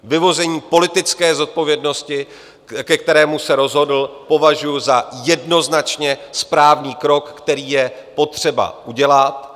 Vyvození politické zodpovědnosti, ke kterému se rozhodl, považuji za jednoznačně správný krok, který je potřeba udělat.